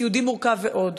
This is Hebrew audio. סיעודי מורכב ועוד.